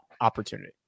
opportunity